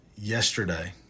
yesterday